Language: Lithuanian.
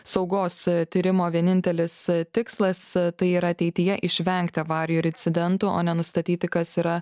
saugos tyrimo vienintelis tikslas tai yra ateityje išvengti avarijų ir icidentų o ne nustatyti kas yra